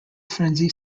frenzy